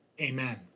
Amen